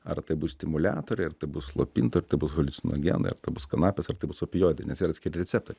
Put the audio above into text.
ar tai bus stimuliatoriai ar tai bus slopintojai ar tai bus haliucinogenai ar tai bus kanapės ar tai bus opioidai nes yra atskiri receptai